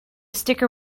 sticker